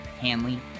Hanley